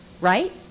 right